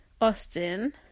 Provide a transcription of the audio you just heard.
Austin